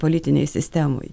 politinėj sistemoj